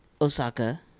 Osaka